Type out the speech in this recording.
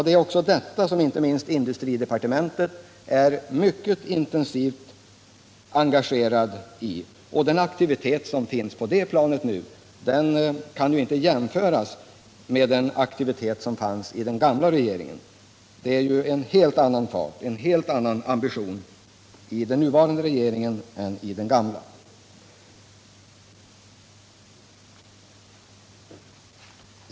Det är också detta som inte minst industridepartementet är mycket intensivt engagerat i. Den aktivitet som nu ådagaläggs på det planet är så hög att det inte går att göra en jämförelse med den gamla regeringens.